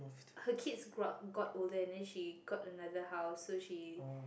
her kids gr~ got older and then she got another house so she